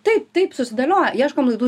taip taip susidėlioja ieškom laidų